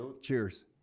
Cheers